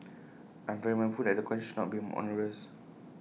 I'm very mindful that the conditions should not be onerous